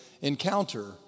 encounter